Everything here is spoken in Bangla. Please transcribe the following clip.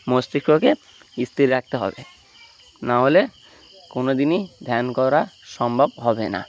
মস্তিষ্ককে স্থির রাখতে হবে নাহলে কোনো দিনই ধ্যান করা সম্ভব হবে না